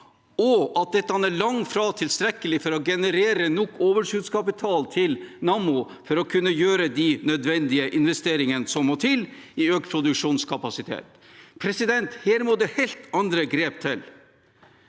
og at dette er langt fra tilstrekkelig for å generere nok overskuddskapital til Nammo for å kunne gjøre de nødvendige investeringene som må til i økt produksjonskapasitet. Her må det helt andre grep til.